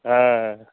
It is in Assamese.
হাঁ